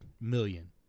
million